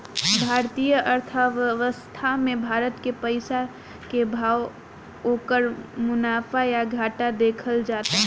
भारतीय अर्थव्यवस्था मे भारत के पइसा के भाव, ओकर मुनाफा या घाटा देखल जाता